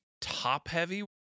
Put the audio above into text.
top-heavy